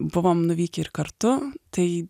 buvom nuvykę ir kartu tai